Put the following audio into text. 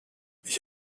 ich